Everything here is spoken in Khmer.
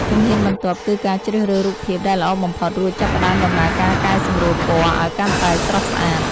ជំហានបន្ទាប់ គឺការជ្រើសរើសរូបភាពដែលល្អបំផុត រួចចាប់ផ្ដើមដំណើរការកែសម្រួលពណ៌ ឱ្យកាន់តែស្រស់ស្អាត។